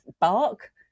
Bark